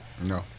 No